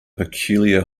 peculiar